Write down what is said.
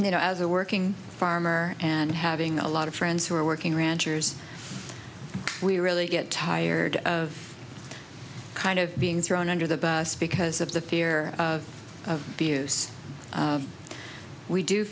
you know as a working farmer and having a lot of friends who are working ranchers we really get tired of kind of being thrown under the bus because of the fear of views we do